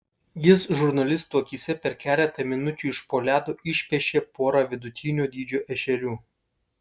jis žurnalistų akyse per keletą minučių iš po ledo išpešė porą vidutinio dydžio ešerių